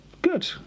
Good